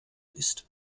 ist